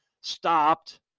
stopped